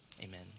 Amen